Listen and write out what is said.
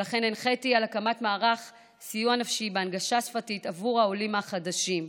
ולכן הנחיתי להקים מערך סיוע נפשי בהנגשה שפתית עבור העולים החדשים.